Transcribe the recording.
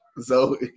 Zoe